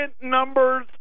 numbers